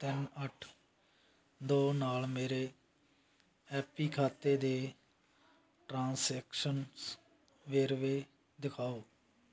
ਤਿੰਨ ਅੱਠ ਦੋ ਨਾਲ ਮੇਰੇ ਐਪੀ ਖਾਤੇ ਦੇ ਟ੍ਰਾਂਸੈਕਸ਼ਨ ਵੇਰਵੇ ਦਿਖਾਓ